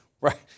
Right